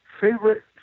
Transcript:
Favorite